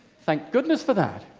thank goodness for that.